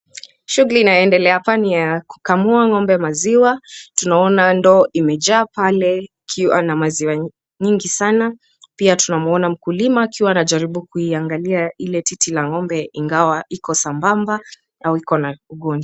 Shughuli inayoendelea hapa ni ya kukamua ng'ombe ya maziwa. Tunaona ndoo imejaa pale ikiwa na maziwa nyingi sana pia tunamuona mkulima akiwa anajaribu kuiangalia ile titi la ng'ombe ingawa iko sambamba au iko na ugonjwa.